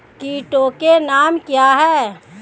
कीटों के नाम क्या हैं?